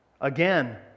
Again